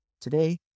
today